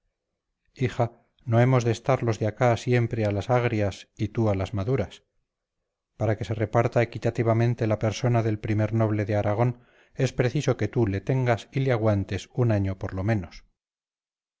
hija no hemos de estar los de acá siempre a las agrias y tú a las maduras para que se reparta equitativamente la persona del primer noble de aragón es preciso que tú le tengas y le aguantes un año por lo menos